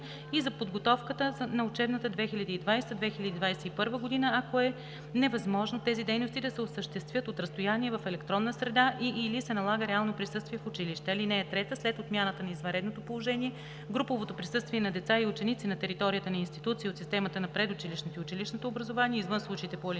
и за подготовката на учебна 2020/2021 г., ако е невъзможно тези дейности да се осъществят от разстояние в електронна среда и/или се налага реалното присъствие в училище. (3) След отмяната на извънредното положение груповото присъствие на деца и ученици на територията на институции от системата на предучилищното и училищното образование извън случаите по ал.